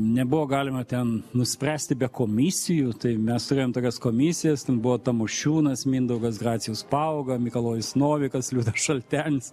nebuvo galima ten nuspręsti be komisijų tai mes turim tokias komisijas ten buvo tamošiūnas mindaugas gracijus pauga mikalojus novikas liudas šaltenis